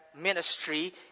ministry